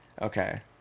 Okay